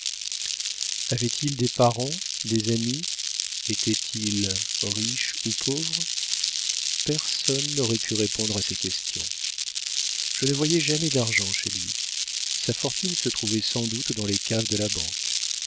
avait-il des parents des amis était-il riche ou pauvre personne n'aurait pu répondre à ces questions je ne voyais jamais d'argent chez lui sa fortune se trouvait sans doute dans les caves de la banque